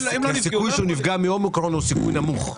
כי הסיכוי שהוא נפגע מאומיקרון הוא סיכוי נמוך.